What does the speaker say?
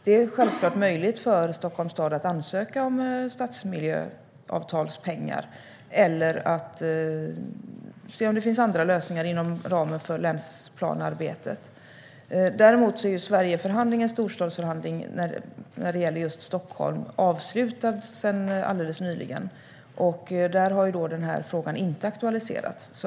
Det är självklart möjligt för Stockholms stad att ansöka om stadsmiljöavtalspengar eller att se om det finns andra lösningar inom ramen för länsplanearbetet. Däremot avslutades Sverigeförhandlingen och storstadsförhandlingen när det gäller Stockholm nyligen. Där har den här frågan inte aktualiserats.